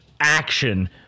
action